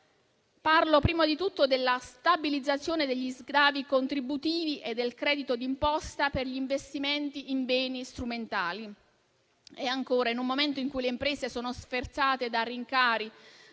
Parlo prima di tutto della stabilizzazione degli sgravi contributivi e del credito d'imposta per gli investimenti in beni strumentali. E ancora, in un momento in cui le imprese sono sferzate da rincari